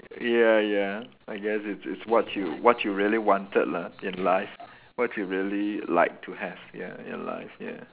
ya ya I guess it's it's what you what you really wanted lah in life what you really like to have ya in life yeah